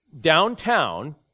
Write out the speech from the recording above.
downtown